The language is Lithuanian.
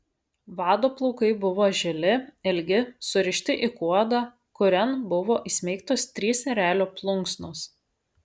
vado plaukai buvo žili ilgi surišti į kuodą kurian buvo įsmeigtos trys erelio plunksnos